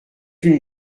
une